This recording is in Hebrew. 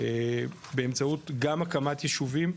באמצעות גם הקמת יישובים,